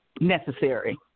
necessary